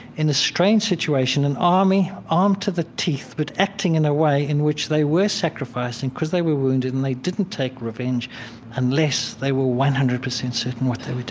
in a strange situation, an army armed to the teeth but acting in a way in which they were sacrificing because they were wounded, and they didn't take revenge unless they were one hundred percent certain what they